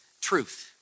truth